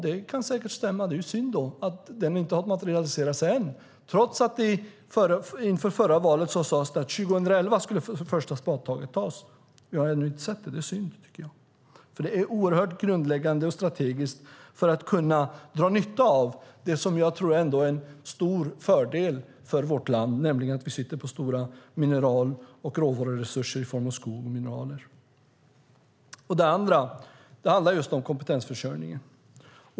Det kan säkert stämma. Det är synd att banan inte har materialiserats än, trots att det inför förra valet sades att det första spadtaget skulle tas 2011. Jag har ännu inte sett det. Det är synd. Det är oerhört grundläggande och strategiskt för att dra nytta av det som är en stor fördel för vårt land, nämligen att vi sitter på stora mineral och råvaruresurser i form av skog och mineraler. Sedan är det frågan om kompetensförsörjningen.